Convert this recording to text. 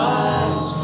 eyes